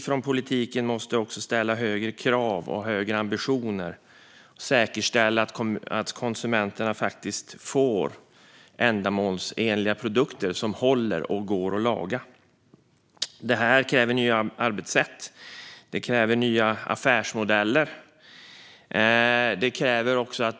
Från politiken måste vi också ställa högre krav och ha högre ambitioner för att säkerställa att konsumenterna får ändamålsenliga produkter som håller och går att laga. Detta kräver nya arbetssätt och nya affärsmodeller.